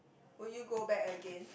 would you go back again